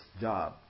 job